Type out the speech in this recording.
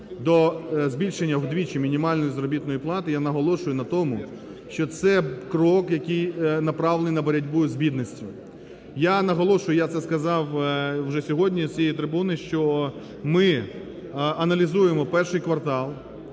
до збільшення вдвічі мінімальної заробітної плати, я наголошую на тому, що це крок, який направлений на боротьбу з бідністю. Я наголошую, я це сказав уже сьогодні з цієї трибуни, що ми аналізуємо І квартал,